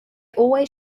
always